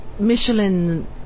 Michelin